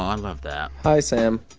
i love that hi, sam.